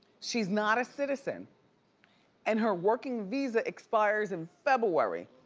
she's not a citizen and her working visa expires in february,